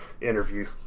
interview